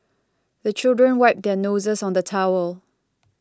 the children wipe their noses on the towel